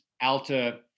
Alta